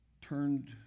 turned